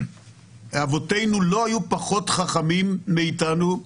אבותינו לא היו פחות חכמים מאיתנו,